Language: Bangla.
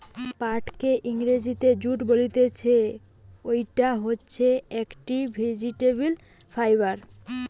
পাটকে ইংরেজিতে জুট বলতিছে, ইটা হচ্ছে একটি ভেজিটেবল ফাইবার